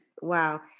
wow